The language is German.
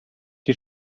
die